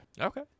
Okay